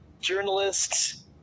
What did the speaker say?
journalists